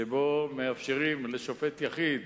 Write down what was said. שבו מאפשרים לשופט יחיד